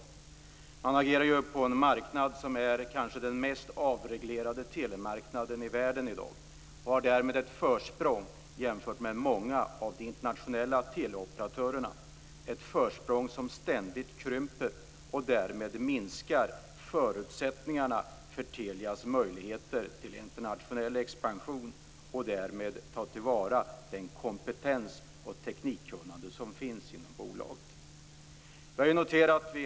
Telia agerar på en marknad som är den mest avreglerade telemarknaden i världen i dag och har därmed ett försprång jämfört med många av de internationella teleoperatörerna, ett försprång som ständigt krymper och därmed minskar förutsättningarna för Telias möjligheter för internationell expansion och att ta till vara den kompetens och det teknikkunnande som finns inom bolaget.